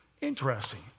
interesting